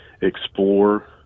explore